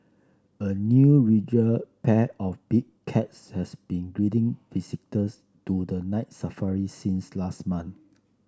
a new regal pair of big cats has been greeting visitors to the Night Safari since last month